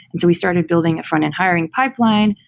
and so we started building a front-end hiring pipeline,